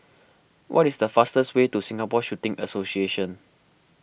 what is the fastest way to Singapore Shooting Association